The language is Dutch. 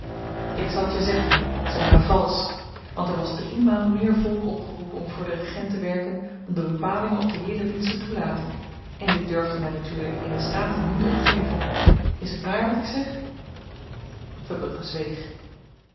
ik zal t je zeggen ze waren valsch want er was driemaal meer volk opgeroepen om voor den regent te werken dan de bepalingen op de heerediensten toelaten en dit durfde men natuurlyk in de staten niet opgeven is t waar wat ik zeg verbrugge zweeg